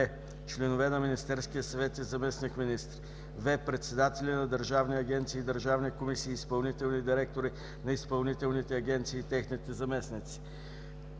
членове на Министерския съвет и заместник-министри; в) председатели на държавни агенции и държавни комисии, изпълнителни директори на изпълнителните агенции и техните заместници;